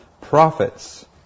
prophets